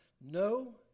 No